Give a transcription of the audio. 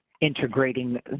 integrating